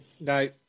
no